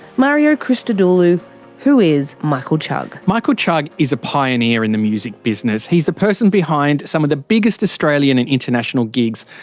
mario christodoulou who is michael chugg? michael chugg is a pioneer in the music business he's the person behind some of the biggest australian and international gigs.